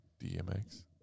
DMX